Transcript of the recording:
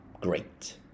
great